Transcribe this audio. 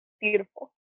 beautiful